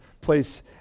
place